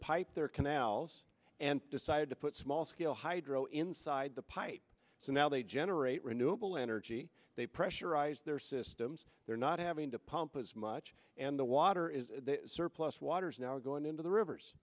pipe their canals and decided to put small scale hydro inside the pipe so now they generate renewable energy they pressurize their systems they're not having to pump as much and the water is surplus water is now going into the rivers